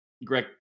Greg